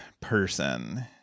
person